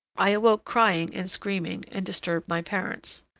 i awoke crying and screaming, and disturbed my parents.